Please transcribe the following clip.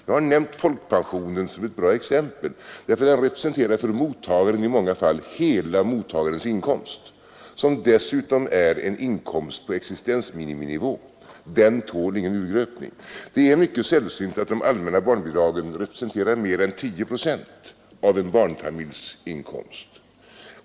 Jag har nämnt folkpensionen som ett bra exempel — den representerar för mottagaren i många fall hela hans inkomst, som dessutom är en inkomst på existensminiminivå. Den tål ingen urgröpning. Det är däremot mycket sällsynt att de allmänna barnbidragen representerar mer än 10 procent av en barnfamiljs inkomst.